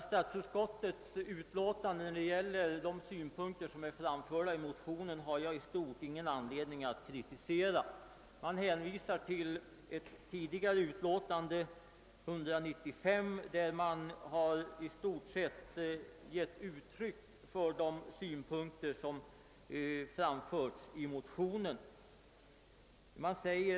Statsutskottets skrivning beträffande de i motionerna framförda synpunkterna har jag i stort ingen anledning att kritisera. Utskottet hänvisar till ett tidigare utlåtande, nr 195 för år 1967, där utskottet i stort sett gett uttryck för motionens synpunkter.